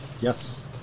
Yes